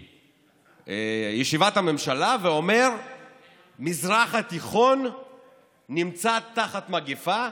מישיבת הממשלה ואומר שהמזרח התיכון נמצא תחת מגפה,